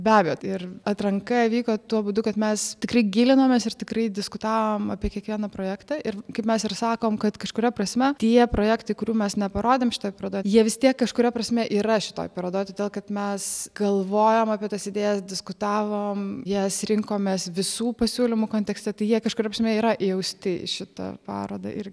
beabejo tai ir atranka vyko tuo būdu kad mes tikri gilinomės ir tikrai diskutavome apie kiekvieną projektą ir kaip mes ir sakom kad kažkuria prasme tie projektai kurių mes neparodėm šitoj parodoj jie vis tiek kažkuria prasme yra šitoj parodoj todėl kad mes galvojam apie tas idėjas diskutavom jas rinkomės visų pasiūlymų kontekste tai jie kažkuria prasme yra įausti į šitą parodą